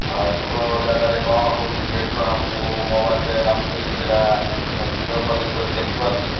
ଆଉ ଦୂର ଜାଗାରେ କ'ଣ ହେଉଛି ସେଇଠୁ ଆମକୁ ମୋବାଇଲରେ ଆମେ ବି ସେଇଟା ଭିଡ଼ିଓ କଲିଂ କରି ଦେଖିପାରୁଛୁ